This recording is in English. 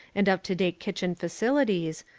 and up-to-date kitchen facilities,